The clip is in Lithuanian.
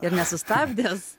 ir nesustabdęs